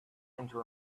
into